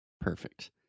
Perfect